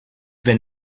been